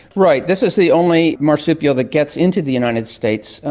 right, this is the only marsupial that gets into the united states.